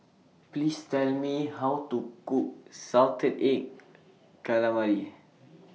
Please Tell Me How to Cook Salted Egg Calawari